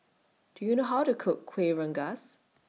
Do YOU know How to Cook Kueh Rengas